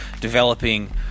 developing